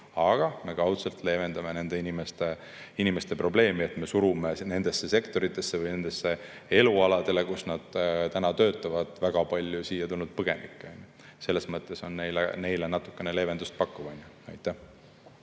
aga me kaudselt leevendame nende inimeste seda probleemi, et me surume nendesse sektoritesse või nendele elualadele, kus nad töötavad, väga palju siia tulnud põgenikke. Selles mõttes see neile natukene leevendust pakub. Aitäh!